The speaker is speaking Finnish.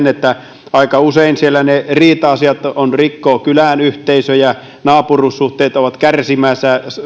että aika usein siellä ne riita asiat rikkovat kyläyhteisöjä naapurussuhteet ovat kärsimässä